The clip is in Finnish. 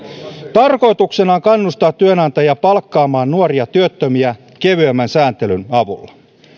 tarkoituksena on kannustaa työnantajia palkkaamaan nuoria työttömiä kevyemmän sääntelyn avulla